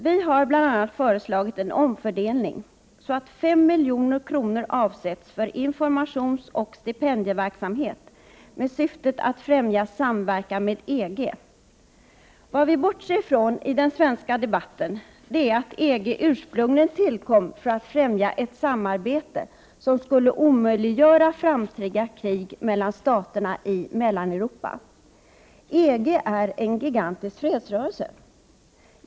Vi har bl.a. föreslagit en omfördelning så att 5 milj.kr. avsätts för informationsoch stipendieverksamhet med syfte att främja samverkan med EG. I den svenska debatten bortser vi ifrån att EG ursprungligen tillkom för att främja ett samarbete som skulle omöjliggöra framtida krig mellan staterna i Mellaneuropa. EG är en gigantisk fredsrörelse.